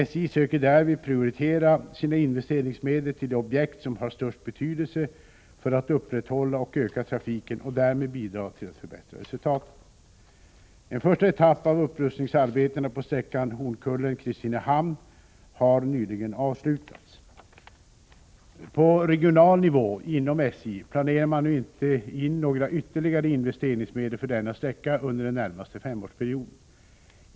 SJ söker därvid prioritera sina investeringsmedel till de objekt som har störst betydelse för att upprätthålla och öka trafiken och därmed bidra till att förbättra resultatet. En första etapp av upprustningsarbetena på sträckan Hornkullen-Kristinehamn har nyligen avslutats. På regional nivå inom SJ planerar man nu inte in några ytterligare investeringsmedel för denna sträcka under den närmaste femårsperioden.